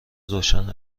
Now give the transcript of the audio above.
روشن